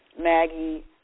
Maggie